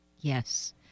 Yes